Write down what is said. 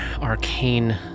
arcane